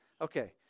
Okay